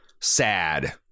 sad